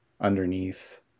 underneath